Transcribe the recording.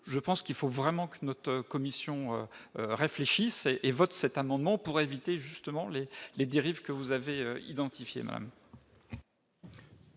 je pense qu'il faut vraiment que notre commission réfléchisse et vote cet amendement pour éviter justement les les dérives que vous avez identifiées.